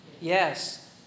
yes